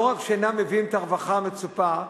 לא רק שאינם מביאים את הרווחה המצופה,